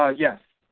ah yes.